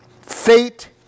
fate